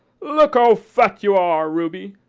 look how fat you are ruby!